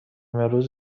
روز